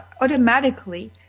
automatically